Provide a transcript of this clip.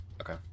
Okay